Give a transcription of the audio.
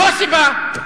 זו הסיבה.